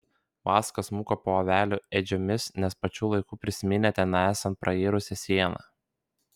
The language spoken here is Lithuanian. vaska smuko po avelių ėdžiomis nes pačiu laiku prisiminė ten esant prairusią sieną